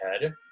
head